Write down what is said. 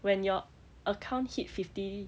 when your account hit fifty